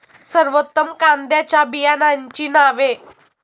सर्वोत्तम कांद्यांच्या बियाण्यांची नावे?